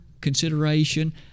consideration